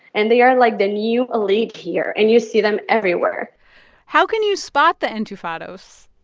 and they are, like, the new elite here. and you see them everywhere how can you spot the enchufados?